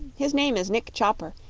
his name is nick chopper,